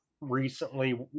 recently